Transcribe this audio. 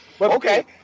okay